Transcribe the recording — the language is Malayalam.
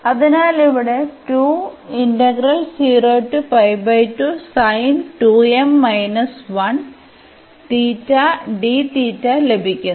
അതിനാൽ ഇവിടെ ലഭിക്കുന്നു